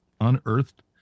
unearthed